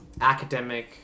academic